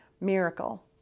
miracle